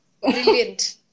Brilliant